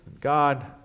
God